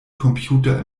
computer